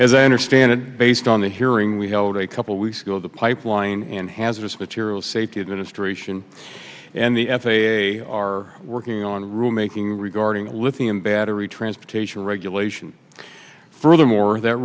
as i understand it based on the hearing we held a couple of weeks ago the pipeline and hazardous materials safety administration and the f a a are working on a rule making regarding a lithium battery transportation regulation furthermore that